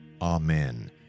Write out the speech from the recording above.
Amen